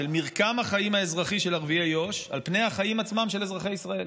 של מרקם החיים האזרחי של ערביי יו"ש על פני החיים עצמם של אזרחי ישראל.